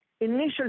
initial